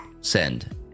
Send